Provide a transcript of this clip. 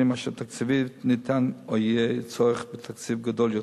אשר תקציבית ניתן או יהיה צורך בתקציב גדול יותר.